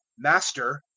master,